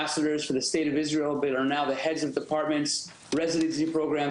אנחנו ראיינו ועזרנו לסטודנטים לרפואה,